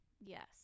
Yes